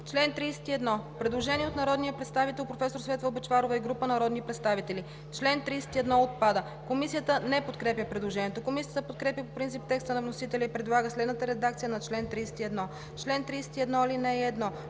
34 има предложение от народния представител Светла Бъчварова и група народни представители – чл. 34 отпада. Комисията не подкрепя предложението. Комисията подкрепя по принцип текста на вносителя и предлага следната редакция на чл. 34: „Чл. 34. (1)